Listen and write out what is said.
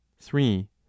three